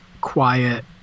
quiet